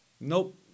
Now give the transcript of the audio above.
Nope